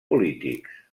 polítics